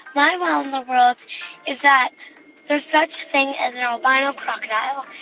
my wow in the world is that there's such a thing as an albino crocodile.